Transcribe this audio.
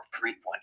frequent